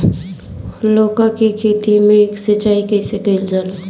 लउका के खेत मे सिचाई कईसे कइल जाला?